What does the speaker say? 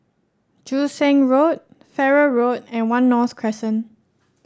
Joo Seng Road Farrer Road and One North Crescent